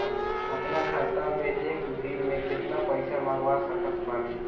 अपना खाता मे एक दिन मे केतना पईसा मँगवा सकत बानी?